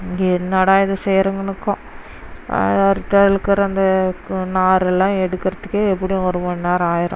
இங்கே என்னடா இதை செய்யுறோங்கனுக்கும் அதை அறுத்து அதில் இருக்கிற அந்த நாரெல்லாம் எடுக்கிறதுக்கே எப்படியும் ஒரு மண்நேரம் ஆயிரும்